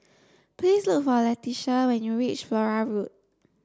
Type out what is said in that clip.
please look for Leitha when you reach Flora Road